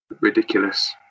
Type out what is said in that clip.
ridiculous